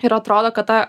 ir atrodo kad ta